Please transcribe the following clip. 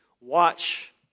watch